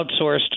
outsourced